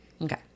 Okay